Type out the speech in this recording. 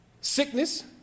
sickness